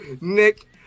Nick